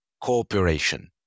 corporation